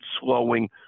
slowing